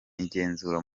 igenzura